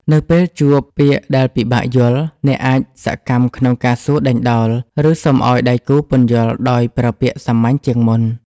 នៅពេលជួបពាក្យដែលពិបាកយល់ អ្នកអាចសកម្មក្នុងការសួរដេញដោល ឬសុំឱ្យដៃគូពន្យល់ដោយប្រើពាក្យសាមញ្ញជាងមុន។